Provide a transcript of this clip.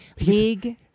league